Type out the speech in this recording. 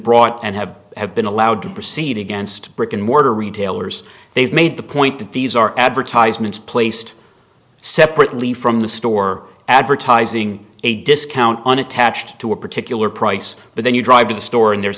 brought and have have been allowed to proceed against brick and mortar retailers they've made the point that these are advertisements placed separately from the store advertising a discount unattached to a particular price but then you drive to the store and there's